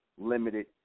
limited